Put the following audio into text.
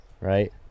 right